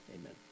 Amen